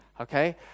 okay